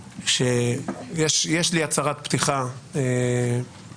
יש לי הצהרת פתיחה כללית.